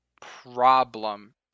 problem